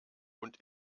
und